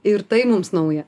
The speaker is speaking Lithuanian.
ir tai mums nauja